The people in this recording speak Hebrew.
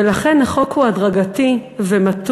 ולכן החוק הוא הדרגתי ומתון,